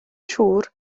siŵr